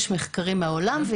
יש מחקרים מהעולם.